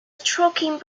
stroking